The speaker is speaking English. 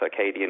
circadian